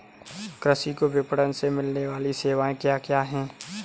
कृषि को विपणन से मिलने वाली सेवाएँ क्या क्या है